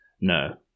No